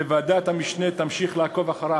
וועדת המשנה תמשיך לעקוב אחריו.